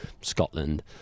Scotland